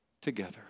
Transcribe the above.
together